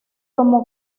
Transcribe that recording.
tomó